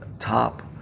top